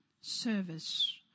Service